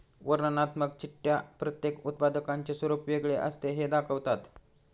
वर्णनात्मक चिठ्ठ्या प्रत्येक उत्पादकाचे स्वरूप वेगळे असते हे दाखवतात